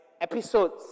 episodes